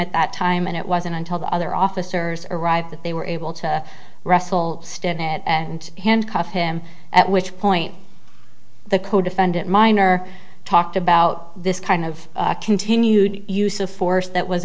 at that time and it wasn't until the other officers arrived that they were able to wrestle stone and handcuff him at which point the codefendant miner talked about this kind of continued use of force that was